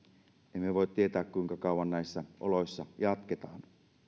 emme voi tietää kuinka kauan näissä oloissa jatketaan